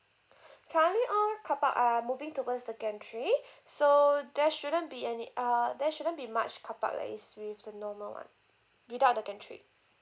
currently all car park are moving towards the gantry so there shouldn't be any ah there shouldn't be much car park that is with the normal one without the gantry